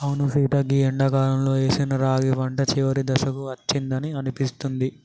అవును సీత గీ ఎండాకాలంలో ఏసిన రాగి పంట చివరి దశకు అచ్చిందని అనిపిస్తుంది